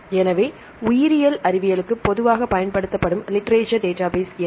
எனவே உயிரியல் அறிவியலுக்கு பொதுவாக பயன்படுத்தப்படும் லிட்ரேசர் டேட்டாபேஸ் என்ன